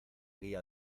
guia